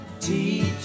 Teach